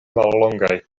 mallongaj